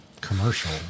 commercial